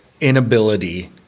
inability